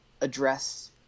address